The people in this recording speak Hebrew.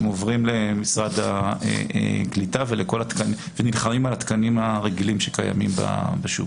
הם עוברים למשרד הקליטה ומתחרים על התקנים הרגילים שקיימים בשוק.